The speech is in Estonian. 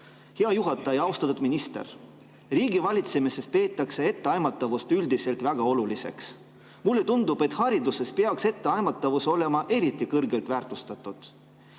hea juhataja! Austatud minister! Riigivalitsemises peetakse etteaimatavust üldiselt väga oluliseks. Mulle tundub, et hariduses peaks etteaimatavus olema eriti kõrgelt väärtustatud.